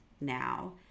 now